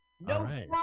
No